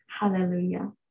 Hallelujah